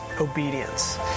obedience